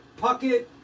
Puckett